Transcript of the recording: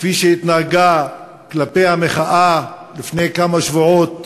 כפי שהתנהגו כלפי המחאה, לפני כמה שבועות,